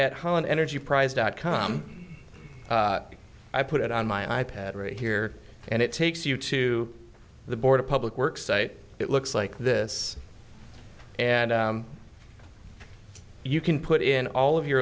an energy price dot com i put it on my i pad right here and it takes you to the board of public works site it looks like this and you can put in all of your